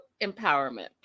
empowerment